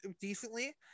decently